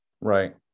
Right